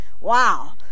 Wow